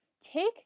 take